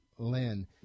Lynn